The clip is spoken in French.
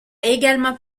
également